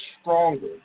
stronger